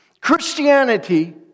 Christianity